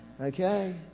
Okay